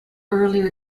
earlier